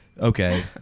Okay